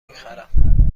میخرم